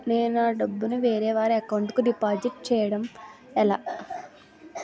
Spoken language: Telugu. నేను నా డబ్బు ని వేరే వారి అకౌంట్ కు డిపాజిట్చే యడం ఎలా?